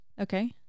Okay